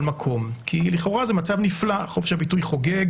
מקום כי לכאורה זה מצב נפלא חופש הביטוי חוגג